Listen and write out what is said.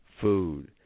food